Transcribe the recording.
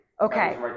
Okay